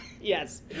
Yes